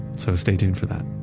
so stay tuned for that.